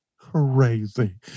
crazy